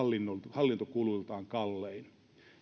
hallintokuluiltaan kallein